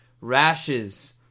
rashes